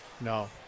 No